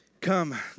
Come